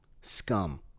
scum